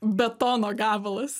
betono gabalas